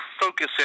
focus